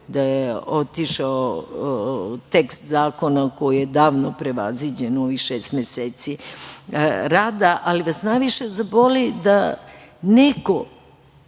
da je otišao tekst zakona koji je davno prevaziđen u ovih šest meseci rada, ali vas najviše zaboli da neko